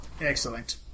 Excellent